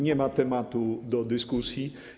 Nie ma tematu do dyskusji.